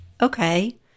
okay